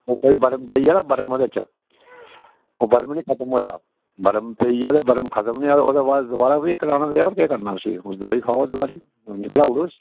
ओह् कोई बर्म पेइया ना बर्म उदे च ओह् बर्म नि खत्म होआ बर्म पेइया ते बर्म खत्म नि होआ ते उदे बाद दोबारा फ्ही कढ़ाने पेआ और केह् करना उसी तुस दवाई खाओ दबारा दंद कढाई ओड़ो इसी